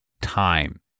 time